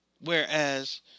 Whereas